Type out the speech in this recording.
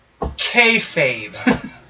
kayfabe